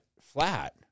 flat